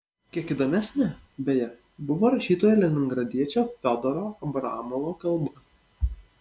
kiek įdomesnė beje buvo rašytojo leningradiečio fiodoro abramovo kalba